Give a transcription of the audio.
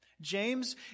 James